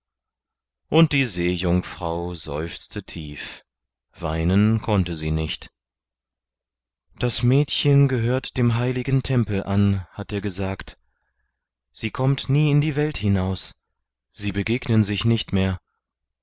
und die seejungfrau seufzte tief weinen konnte sie nicht das mädchen gehört dem heiligen tempel an hat er gesagt sie kommt nie in die welt hinaus sie begegnen sich nicht mehr